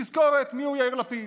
תזכורת מיהו יאיר לפיד,